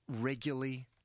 regularly